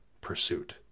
pursuit